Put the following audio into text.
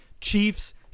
Chiefs